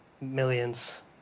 millions